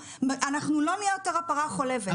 אנחנו לא נהיה יותר הפרה החולבת.